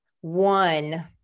one